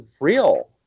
real